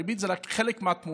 הריבית היא רק חלק מהתמונה.